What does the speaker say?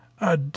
I